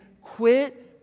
quit